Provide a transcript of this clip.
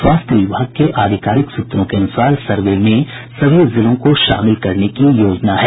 स्वास्थ्य विभाग के आधिकारिक सूत्रों के अनुसार सर्वे में सभी जिलों को शामिल करने की योजना है